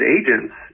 agents